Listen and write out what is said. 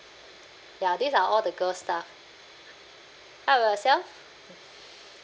ya these are all the girl stuff how about yourself